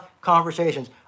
conversations